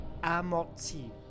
Amorti